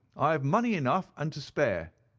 i have money enough and to spare.